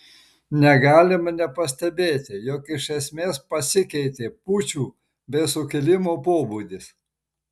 negalima nepastebėti jog iš esmės pasikeitė pučų bei sukilimo pobūdis